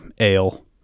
ale